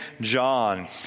John